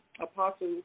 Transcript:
Apostle